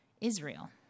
Israel